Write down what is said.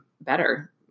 better